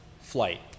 flight